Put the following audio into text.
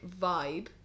vibe